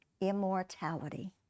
immortality